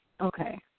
Okay